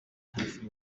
hafi